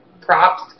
props